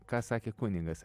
ką sakė kunigas